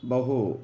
बहु